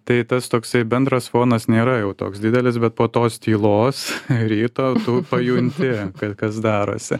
tai tas toksai bendras fonas nėra jau toks didelis bet po tos tylos ryto pajunti kas kas darosi